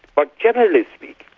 but generally speaking,